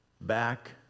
back